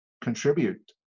contribute